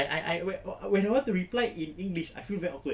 I I I when I want to reply in english I feel very awkward